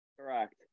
Correct